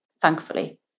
thankfully